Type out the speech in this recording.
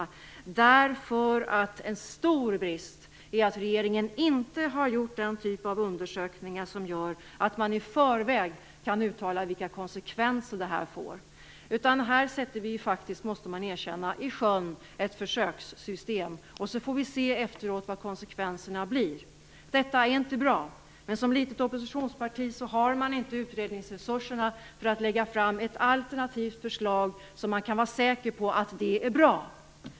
Vi anser nämligen att det är en stor brist att regeringen inte har gjort den typ av undersökningar som gör att man i förväg kan uttala vilka konsekvenser detta får. Här sätter vi faktiskt - det måste man erkänna - ett försökssystem i sjön, och så får vi se efteråt vilka konsekvenserna blir. Detta är inte bra, men som litet oppositionsparti har man inte utredningsresurser för att lägga fram ett alternativt förslag som man kan vara säker på är bra.